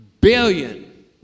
billion